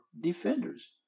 defenders